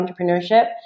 entrepreneurship